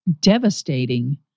devastating